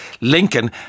Lincoln